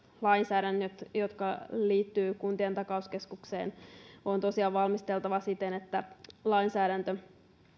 lainsäädännöt jotka liittyvät kuntien takauskeskukseen on tosiaan valmisteltava siten että lainsäädäntö